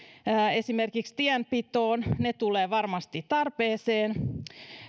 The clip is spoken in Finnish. esimerkiksi tienpitoon ne tulevat varmasti tarpeeseen